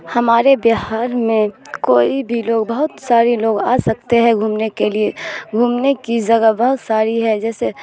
ہمارے بہار میں کوئی بھی لوگ بہت سارے لوگ آ سکتے ہیں گھومنے کے لیے گھومنے کی جگہ بہت ساری ہے جیسے